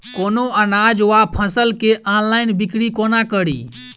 कोनों अनाज वा फसल केँ ऑनलाइन बिक्री कोना कड़ी?